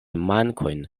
mankojn